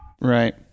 Right